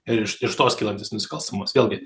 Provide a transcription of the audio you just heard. ir iš iš tos kylantis nusiklastamumas vėlgi